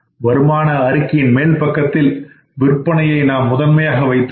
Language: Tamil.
வருமான அறிக்கையில் மேல் பக்கத்தில் விற்பனையை நாம் முதன்மையாக வைத்துஉள்ளோம்